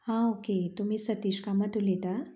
हा ओके तुमी सतीश कामत उलयता